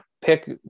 pick